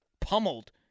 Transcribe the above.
pummeled